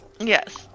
Yes